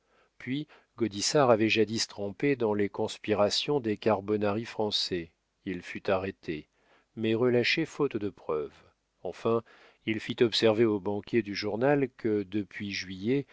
puis gaudissart avait jadis trempé dans les conspirations des carbonari français il fut arrêté mais relâché faute de preuves enfin il fit observer aux banquiers du journal que depuis juillet